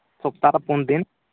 ᱥᱚᱯᱛᱟᱨᱮ ᱯᱩᱱᱫᱤᱱ